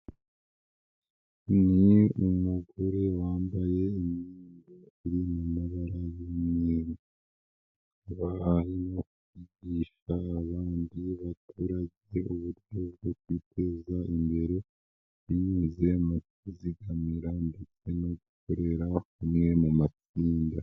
Ni umugore wambaye imyenda iri mu mabara y'umweru, akaba arimo kwigisha abandi baturage uburyo bwo kwiteza imbere binyuze mu kuzigamira ndetse no gukorera hamwe mu matsinda.